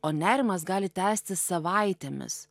o nerimas gali tęstis savaitėmis